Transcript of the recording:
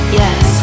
yes